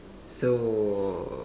so